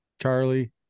Charlie